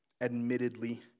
admittedly